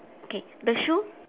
okay the shoe